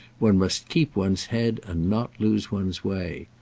one must keep one's head and not lose one's way.